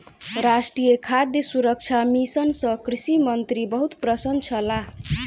राष्ट्रीय खाद्य सुरक्षा मिशन सँ कृषि मंत्री बहुत प्रसन्न छलाह